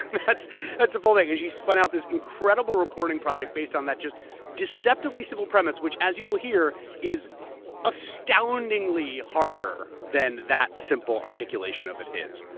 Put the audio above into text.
that's that's the full thing. and she spun out this incredible reporting project based on that just deceptively simple premise, which as you'll hear is astoundingly harder than that simple um of it is.